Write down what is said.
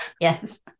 yes